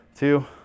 Two